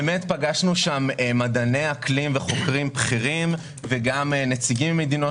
פגשנו שם מדעני אקלים וחוקרים בכירים וגם נציגים ממדינות